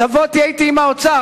תבוא, תהיה אתי עם האוצר.